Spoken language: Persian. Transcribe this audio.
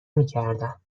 میکردم